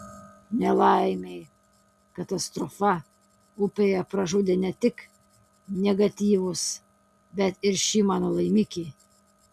nelaimei katastrofa upėje pražudė ne tik negatyvus bet ir šį mano laimikį